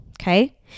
okay